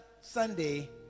Sunday